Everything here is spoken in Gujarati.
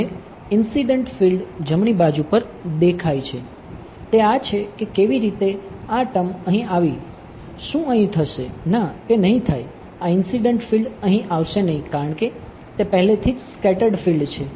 અને ઇન્સીડંટ ફિલ્ડ છે